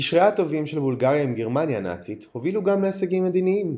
קשריה הטובים של בולגריה עם גרמניה הנאצית הובילו גם להישגים מדיניים,